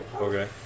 Okay